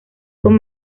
con